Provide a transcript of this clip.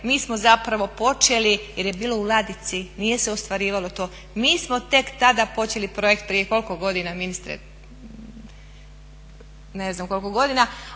mi smo zapravo počeli jer je bilo u ladici, nije se ostvarivalo to. Mi smo tek tada počeli projekt prije koliko godina ministre? Ne znam koliko godina,